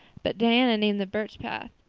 but diana named the birch path.